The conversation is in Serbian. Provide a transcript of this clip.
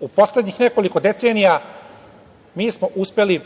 u poslednjih nekoliko decenija, mi smo uspeli